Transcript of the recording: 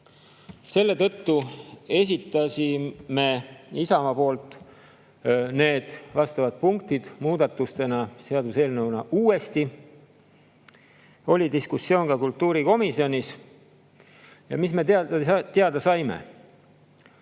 Selle tõttu esitasime Isamaaga vastavad punktid muudatustena, seaduseelnõuna, uuesti. Oli diskussioon ka kultuurikomisjonis. Ja mis me teada saime?